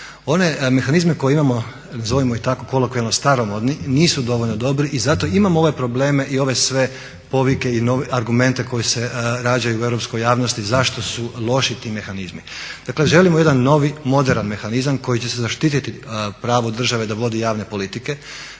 One mehanizme koje imamo nazovimo ih tako kolokvijalno staromodni nisu dovoljno dobri i zato imamo ove probleme i ove sve povike i argumente koji se rađaju u europskoj javnosti zašto su loši ti mehanizmi. Dakle, želimo jedan novi, moderan mehanizam koji će zaštititi pravo države da vodi javne politike,